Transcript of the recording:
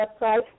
website